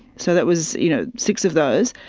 so that was you know six of those.